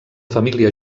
família